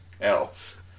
else